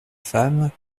femme